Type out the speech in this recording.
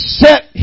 set